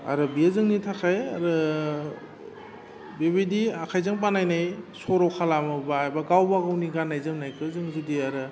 आरो बेयो जोंनि थाखाय आरो बेबायदि आखाइजों बानायनाय सर' खालामोबा एबा गावबा गावनि गान्नाय जोमनायखौ जों जुदि आरो